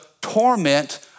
torment